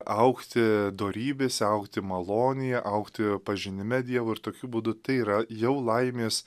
augti dorybėse augti malonėje augti pažinime dievo ir tokiu būdu tai yra jau laimės